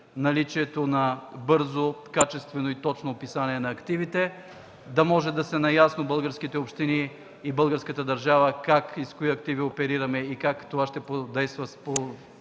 наличието на бързо, качествено и точно описание на активите, да може да са наясно българските общини и българската държава как и с кои активи оперираме и как това ще подейства на